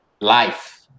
Life